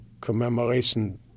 commemoration